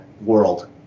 world